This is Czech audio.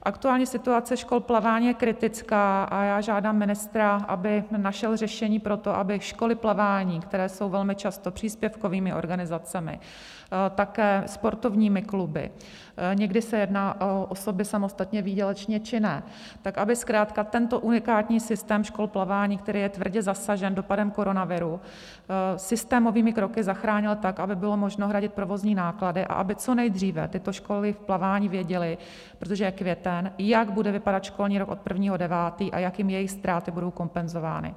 Aktuální situace škol plavání je kritická a já žádám ministra, aby našel řešení pro to, aby školy plavání, které jsou velmi často příspěvkovými organizacemi, také sportovními kluby, někdy se jedná o osoby samostatně výdělečně činné, tak aby zkrátka tento unikátní systém škol plavání, který je tvrdě zasažen dopadem koronaviru, systémovými kroky zachránil tak, aby bylo možno hradit provozní náklady a aby co nejdříve tyto školy plavání věděly, protože je květen, jak bude vypadat školní rok od 1. 9. a jak jim jejich ztráty budou kompenzovány.